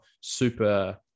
super